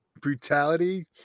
brutality